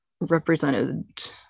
represented